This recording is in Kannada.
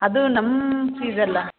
ಅದು ನಮ್ಮ ಫೀಸಲ್ಲ